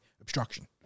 obstruction